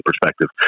perspective